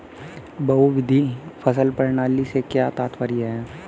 बहुविध फसल प्रणाली से क्या तात्पर्य है?